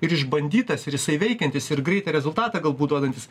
ir išbandytas ir jisai veikiantis ir greitą rezultatą galbūt duodantis